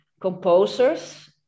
composers